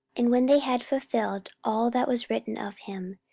and when they had fulfilled all that was written of him,